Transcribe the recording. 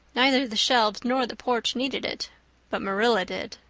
neither the shelves nor the porch needed it but marilla did.